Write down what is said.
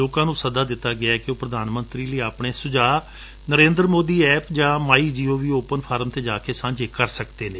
ਲੋਕਾਂ ਨੂੰ ਸੱਦਾ ਦਿੱਤਾ ਗਿਐ ਕਿ ਊਹ ਪ੍ਰਧਾਨ ਮੰਤਰੀ ਲਈ ਆਪਣੇ ਸੁਝਾਅ ਨਰੇਦਰ ਮੋਦੀ ਐਪ ਜਾਂ ਮਾਈ ਗੋਵ ਓਪਨ ਫੋਰਮ ਤੇ ਜਾ ਕੇ ਸਾਂਝੇ ਕਰ ਸਕਦੇ ਨੇ